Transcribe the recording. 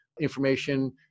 information